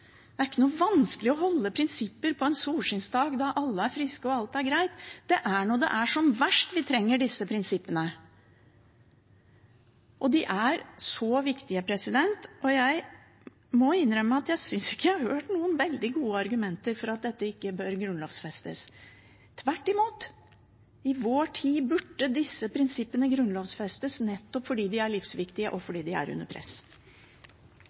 Det er ikke noe vanskelig å holde prinsipper på en solskinnsdag, når alle er friske og alt er greit. Det er når det er som verst, vi trenger disse prinsippene. De er så viktige, og jeg må innrømme at jeg synes ikke at jeg har hørt noen veldig gode argumenter for at dette ikke bør grunnlovfestes – tvert imot. I vår tid burde disse prinsippene grunnlovfestes nettopp fordi de er livsviktige, og fordi de er under press.